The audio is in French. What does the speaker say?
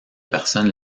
personnes